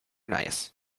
nice